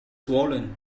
swollen